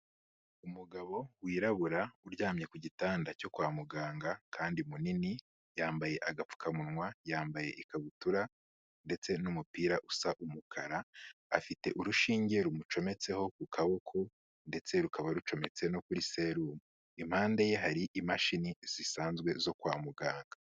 Umugabo wirabura, uryamye ku gitanda cyo kwa muganga kandi munini, yambaye agapfukamunwa, yambaye ikabutura, ndetse n'umupira usa umukara, afite urushinge rumucometseho ku kaboko, ndetse rukaba rucometse no kuri serumu, impande ye hari imashini zisanzwe zo kwa muganga.